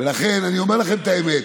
אני אומר לכם את האמת.